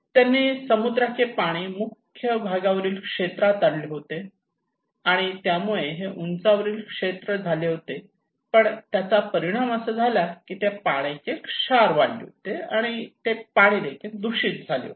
त्यांनी समुद्राचे पाणी मुख्य भागावरील क्षेत्रात आणले होते आणि त्यामुळे हे उंचावरील क्षेत्र झाले होते पण त्याचा परिणाम असा झाला की त्या पाण्याचे क्षार वाढले होते आणि ते पाणीदेखील दूषित झाले होते